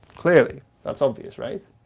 clearly. that's obvious right?